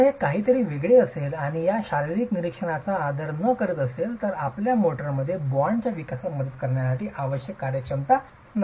जर हे काहीतरी वेगळे असेल आणि या शारीरिक निरीक्षणाचा आदर न करीत असेल तर आपल्या मोर्टारमध्ये बॉन्डच्या विकासास मदत करण्यासाठी आवश्यक कार्यक्षमता आवश्यक नसते